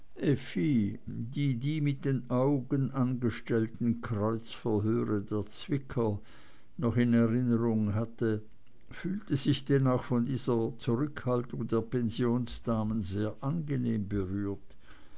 die die mit den augen angestellten kreuzverhöre der zwicker noch in erinnerung hatte fühlte sich denn auch von dieser zurückhaltung der pensionsdamen sehr angenehm berührt